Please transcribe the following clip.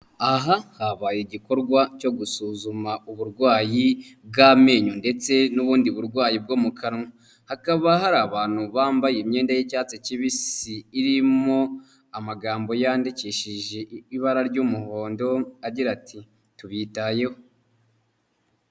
Aha habaye igikorwa cyo gusuzuma uburwayi bw'amenyo ndetse n'ubundi burwayi bwo mu kanwa, hakaba hari abantu bambaye imyenda y'icyatsi kibisi irimo amagambo yandikishije ibara ry'umuhondo agira ati "tubitayeho".